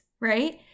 right